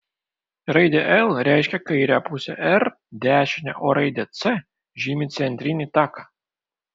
raidė l reiškia kairę pusę r dešinę o raidė c žymi centrinį taką